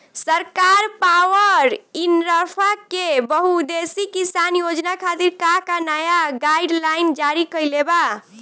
सरकार पॉवरइन्फ्रा के बहुउद्देश्यीय किसान योजना खातिर का का नया गाइडलाइन जारी कइले बा?